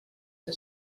que